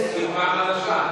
אינו נוכח,